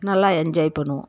நல்லா என்ஜாய் பண்ணுவோம்